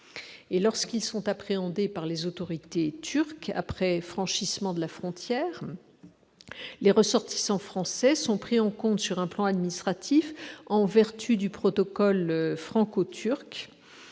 Lorsqu'ils sont appréhendés par les autorités turques après franchissement de la frontière, les ressortissants français sont pris en compte, sur un plan administratif, en vertu du protocole franco-turc